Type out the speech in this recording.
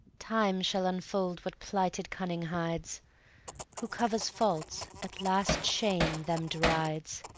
time shall unfold what plighted cunning hides who cover faults, at last shame them derides.